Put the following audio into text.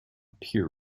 peer